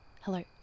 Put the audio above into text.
Hello